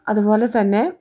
അതുപോലെ തന്നെ